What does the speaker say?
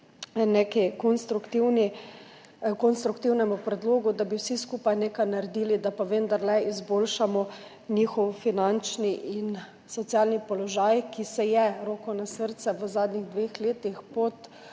nekemu konstruktivnemu predlogu, da bi vsi skupaj nekaj naredili, da vendarle izboljšamo njihov finančni in socialni položaj, ki se je, roko na srce, v zadnjih dveh letih pod